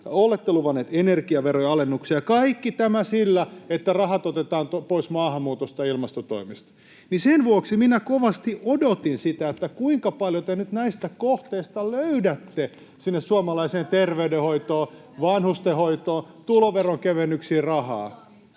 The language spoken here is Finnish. olette luvanneet energiaverojen alennuksia, kaikki tämä sillä, että rahat otetaan pois maahanmuutosta ja ilmastotoimista, niin sen vuoksi minä kovasti odotin sitä, kuinka paljon te nyt näistä kohteista löydätte sinne suomalaiseen terveydenhoitoon, vanhustenhoitoon, tuloveron kevennyksiin rahaa.